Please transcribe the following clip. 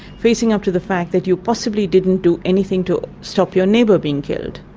facing up to the fact that you possibly didn't do anything to stop your neighbour being killed.